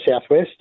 southwest